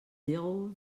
zéro